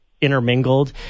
intermingled